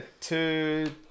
two